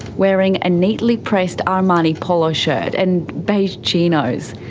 wearing a neatly pressed armani polo shirt and beige chinos.